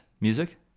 music